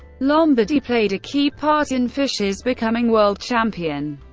lombardy played a key part in fischer's becoming world champion.